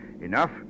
Enough